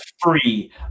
free